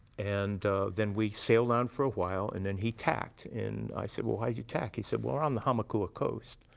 and then we sailed on for a while, and then he tacked. and i said, well, why'd you tack? he said, we're on the hamakua coast,